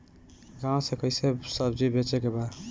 गांव से कैसे सब्जी बेचे के बा?